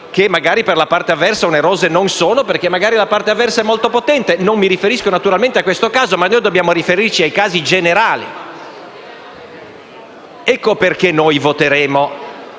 E magari per la parte avversa queste azioni onerose non sono, perché la parte avversa è molto potente. Non mi riferisco, naturalmente a questo caso, ma noi dobbiamo riferirci ai casi generali. Per quanto noi voteremo